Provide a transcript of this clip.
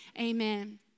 amen